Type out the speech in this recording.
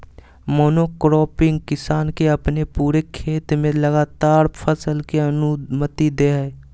monocropping किसान के अपने पूरे खेत में लगातार फसल के अनुमति दे हइ